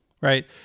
right